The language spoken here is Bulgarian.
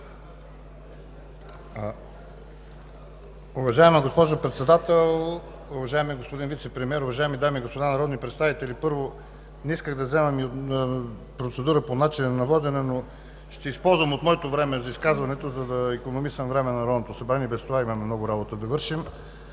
Уважаема госпожо Председател, уважаеми господин Вицепремиер, уважаеми дами и господа народни представители! Не исках да вземам процедура по начина на водене, но ще използвам от моето време за изказването, за да икономисам време на Народното събрание – и без това имаме да вършим